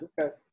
okay